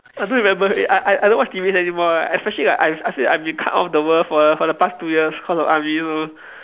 I don't remember I I don't watch T_V anymore like especially like I I feel like I've been cut off the world for the for the past two years cause of army so